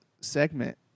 segment